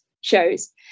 shows